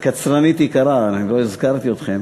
קצרנית יקרה, אני לא הזכרתי אתכם.